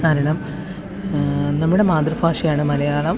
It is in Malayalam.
കാരണം നമ്മുടെ മാതൃഭാഷയാണ് മലയാളം